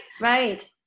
right